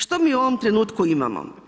Što mi u ovom trenutku imamo?